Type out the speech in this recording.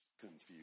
confused